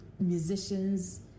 musicians